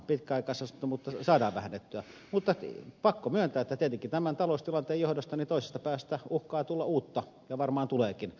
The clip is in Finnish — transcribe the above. pitkäaikaisasunnottomuutta saadaan vähennettyä mutta on pakko myöntää että tietenkin tämän taloustilanteen johdosta toisesta päästä uhkaa tulla uutta ja varmaan tuleekin